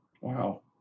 wow